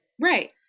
Right